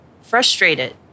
frustrated